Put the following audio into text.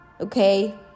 Okay